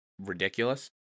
ridiculous